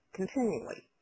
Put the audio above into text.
continually